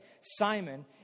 Simon